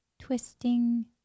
twisting